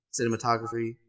cinematography